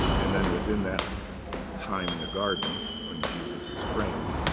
and then within that time in the garden when jesus is praying,